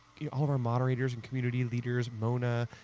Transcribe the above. all of our moderators and community leaders, mona,